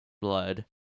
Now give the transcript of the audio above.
blood